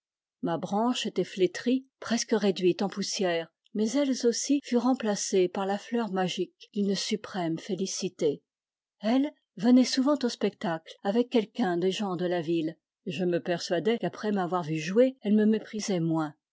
ma branche était flétrie presque réduite en poussière mais elle aussi fut remplacée par la fleur magique d'une suprême félicité elle venait souvent au spec tacle avec quelqu'un des gens de la ville et je me persuadai qu'après m'avoir vu jouer elle me méprisait moins